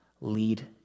lead